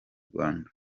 rwanda